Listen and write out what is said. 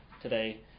today